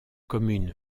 commune